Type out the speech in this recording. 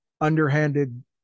underhanded